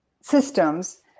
systems